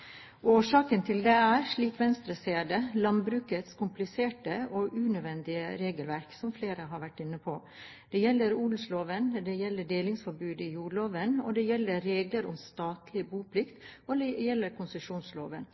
til det er, slik Venstre ser det, landbrukets kompliserte og unødvendige regelverk, som flere har vært inne på. Det gjelder odelsloven, det gjelder delingsforbudet i jordloven, det gjelder regler om statlig boplikt, og det gjelder konsesjonsloven.